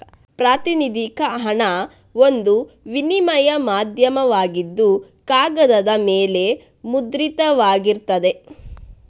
ಪ್ರಾತಿನಿಧಿಕ ಹಣ ಒಂದು ವಿನಿಮಯ ಮಾಧ್ಯಮವಾಗಿದ್ದು ಕಾಗದದ ಮೇಲೆ ಮುದ್ರಿತವಾಗಿರ್ತದೆ